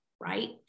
right